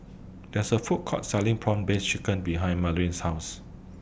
There IS A Food Court Selling Prawn Paste Chicken behind Mariela's House